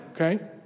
okay